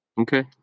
Okay